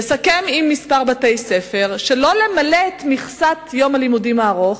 לסכם עם כמה בתי-ספר שלא למלא את מכסת יום הלימודים הארוך.